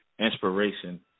inspiration